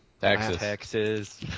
Texas